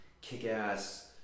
kick-ass